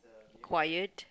quiet